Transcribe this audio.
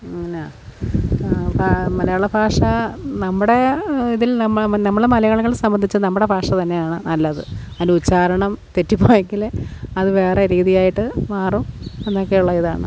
അങ്ങാനെയാണ് മലയാളഭാഷ നമ്മുടെ ഇതിൽ നമ്മൾ നമ്മളെ മലയാളികളെ സംബന്ധിച്ച് നമ്മുടെ ഭാഷ തന്നെയാണ് നല്ലത് അതിൻ്റെ ഉച്ചാരണം തെറ്റിപ്പോയെങ്കിൽ അത് വേറെ രീതിയായിട്ട് മാറും എന്നൊക്കെയുള്ള ഇതാണ്